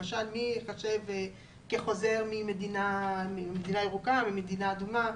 למשל מי ייחשב כחוזר ממדינה ירוקה או ממדינה אדומה.